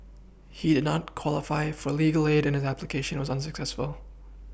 he did not qualify for legal aid and his application was unsuccessful